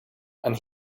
and